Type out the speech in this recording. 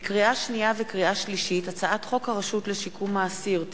לקריאה שנייה ולקריאה שלישית: הצעת חוק הרשות לשיקום האסיר (תיקון),